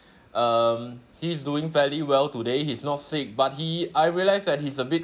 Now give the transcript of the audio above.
um he's doing fairly well today he's not sick but he I realised that he's a bit